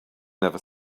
never